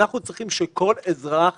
אנחנו צריכים שכל אזרח